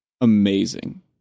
amazing